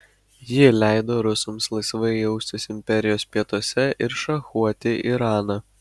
ji leido rusams laisvai jaustis imperijos pietuose ir šachuoti iraną